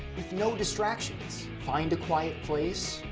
with no distractions. find a quiet place,